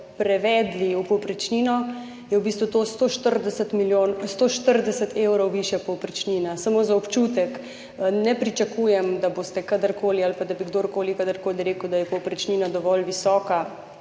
prevedli v povprečnino, je v bistvu to 140 evrov višja povprečnina. Samo za občutek. Ne pričakujem, da boste kadarkoli ali pa da bi kdorkoli kadarkoli rekel, da je povprečnina dovolj visoka,